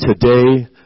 today